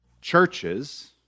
Churches